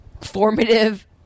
formative